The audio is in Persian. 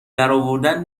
درآوردن